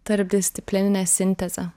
tarpdisciplininė sintezė